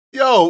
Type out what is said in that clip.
yo